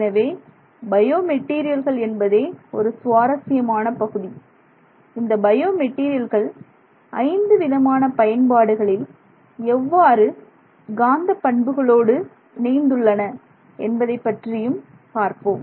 எனவே பயோ மெட்டீரியல்கள் என்பதே ஒரு சுவாரசியமான பகுதி இந்த பயோ மெட்டீரியல்கள் ஐந்து விதமான பயன்பாடுகளில் எவ்வாறு காந்த பண்புகளோடு இணைந்துள்ளன என்பதைப் பற்றியும் பார்ப்போம்